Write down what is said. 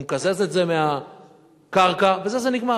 והוא מקזז את זה מהקרקע, ובזה זה נגמר.